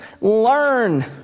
Learn